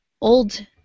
old